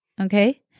Okay